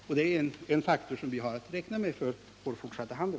Detta är en faktor som vi har att räkna med i vår fortsatta handel.